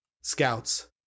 Scouts